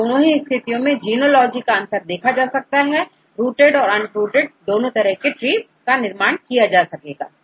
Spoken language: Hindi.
तो दोनों ही स्थितियों में genealogyका अंतर देखा जाएगा और रूटेड और अन रूटेड ट्री का निर्माण किया जाएगा